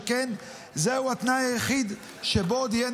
שכן זהו התנאי היחיד שבו עוד יהיה